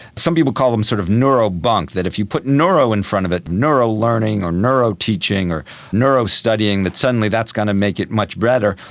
some people call them sort of neuro-bunk, that if you put neuro in front of it, neuro-learning or neuro-teaching or neuro-studying, that suddenly that's going to make it much better.